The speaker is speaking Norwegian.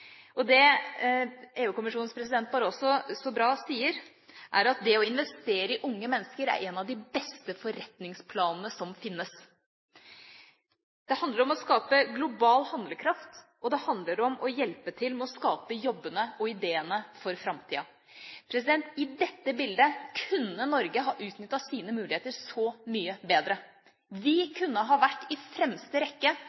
euro. Det EU-kommisjonens president, Barroso, så bra sier, er at det å investere i unge mennesker er en av de beste forretningsplanene som finnes. Det handler om å skape global handlekraft, og det handler om å hjelpe til med å skape jobbene og ideene for framtida. I dette bildet kunne Norge ha utnyttet sine muligheter så mye bedre. Vi kunne ha vært i fremste rekke